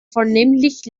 vornehmlich